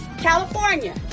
California